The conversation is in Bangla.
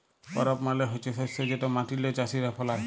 করপ মালে হছে শস্য যেট মাটিল্লে চাষীরা ফলায়